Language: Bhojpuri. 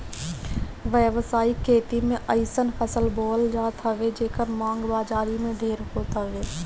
व्यावसायिक खेती में अइसन फसल बोअल जात हवे जेकर मांग बाजारी में ढेर होत हवे